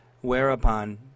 whereupon